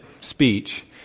speech